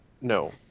no